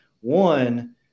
One